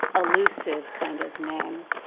allusive kind of name.